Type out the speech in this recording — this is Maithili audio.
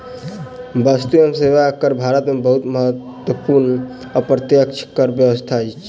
वस्तु एवं सेवा कर भारत में बहुत महत्वपूर्ण अप्रत्यक्ष कर व्यवस्था अछि